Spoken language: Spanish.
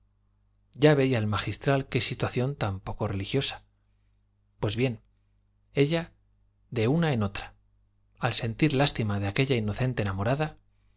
ya veía el magistral qué situación tan poco religiosa pues bien ella de una en otra al sentir lástima de aquella inocente enamorada